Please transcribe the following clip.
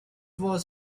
was